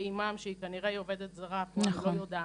לאימם שהיא כנראה עובדת זרה, אני לא יודעת,